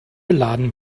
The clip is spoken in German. beladen